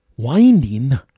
Winding